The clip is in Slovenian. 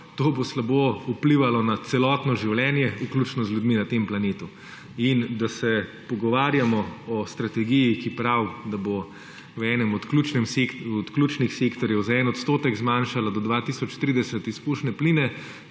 to bo slabo vplivalo na celotno življenje, vključno z ljudmi na tem planetu. Da se pogovarjamo o strategiji, ki pravi, da bo v enem od ključnih sektorjev za 1 % zmanjšala do leta 2030 izpušne pline,